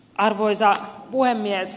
arvoisa puhemies